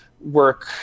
work